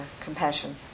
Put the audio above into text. compassion